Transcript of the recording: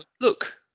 look